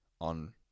on